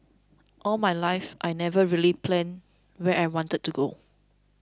all my life I never really planned where I wanted to go